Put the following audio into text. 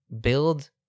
build